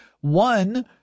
One